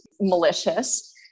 malicious